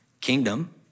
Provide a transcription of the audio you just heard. kingdom